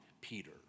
Peter